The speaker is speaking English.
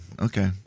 Okay